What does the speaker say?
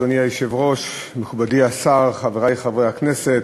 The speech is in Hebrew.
אדוני היושב-ראש, מכובדי השר, חברי חברי הכנסת,